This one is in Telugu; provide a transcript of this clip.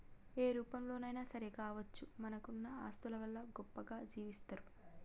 ఏ రూపంలోనైనా సరే కావచ్చు మనకున్న ఆస్తుల వల్ల గొప్పగా జీవిస్తరు